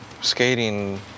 skating